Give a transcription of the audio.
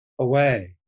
away